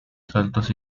saltos